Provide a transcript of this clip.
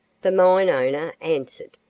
the mine owner answered.